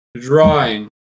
drawing